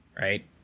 right